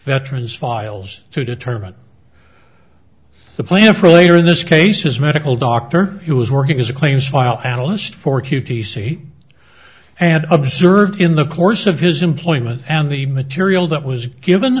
veterans files to determine the plan for later in this case his medical doctor who was working as a claims file analyst for cutie see and observe in the course of his employment and the material that was given